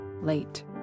late